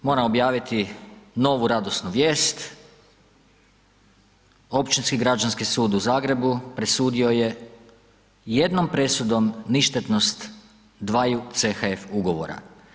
Moramo objaviti novu radosnu vijest, Općinski građanski sud u Zagrebu presudio je jednom presudom ništetnost dvaju CHF ugovora.